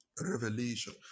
revelation